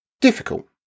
difficult